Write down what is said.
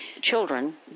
Children